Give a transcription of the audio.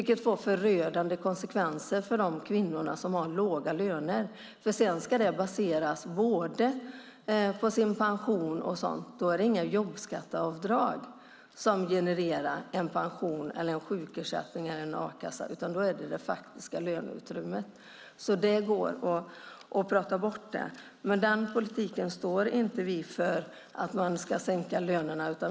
Detta får förödande konsekvenser för kvinnor med låga löner eftersom pension, sjukersättning och a-kassa baseras på den faktiska lönen. Här genererar jobbskatteavdraget inget, men det går att prata bort. Vi står inte för en politik där man sänker lönerna.